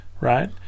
right